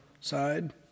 side